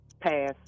Pass